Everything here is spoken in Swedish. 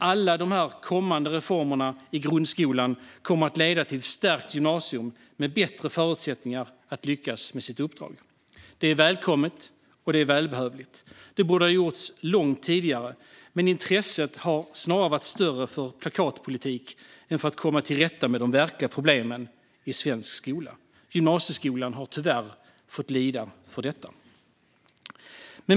Alla dessa kommande reformer i grundskolan kommer att leda till ett stärkt gymnasium med bättre förutsättningar att lyckas med sitt uppdrag. Det är välkommet och välbehövligt. Det borde ha gjorts långt tidigare, men intresset har varit större för plakatpolitik än för att komma till rätta med de verkliga problemen i svensk skola. Gymnasieskolan har tyvärr fått lida får detta.